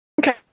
Okay